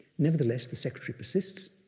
nevertheless, the secretary persists,